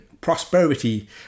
prosperity